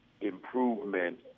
improvement